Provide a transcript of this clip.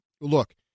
look